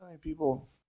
People